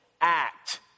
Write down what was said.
act